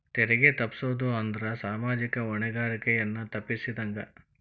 ತೆರಿಗೆ ತಪ್ಪಸೊದ್ ಅಂದ್ರ ಸಾಮಾಜಿಕ ಹೊಣೆಗಾರಿಕೆಯನ್ನ ತಪ್ಪಸಿದಂಗ